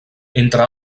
entre